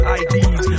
ids